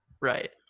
right